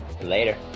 Later